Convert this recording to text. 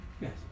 Yes